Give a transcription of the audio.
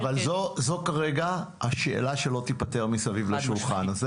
נכון, אבל זו השאלה שלא תיפתר מסביב לשולחן הזה